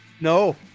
No